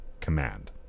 command